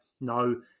no